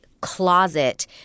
closet